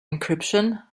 encryption